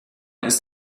ist